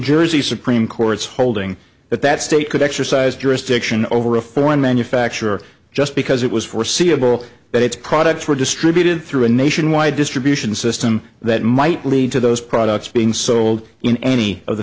jersey supreme court's holding that that state could exercise jurisdiction over a foreign manufacturer just because it was foreseeable that its products were distributed through a nationwide distribution system that might lead to those products being sold in any of the